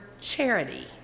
charity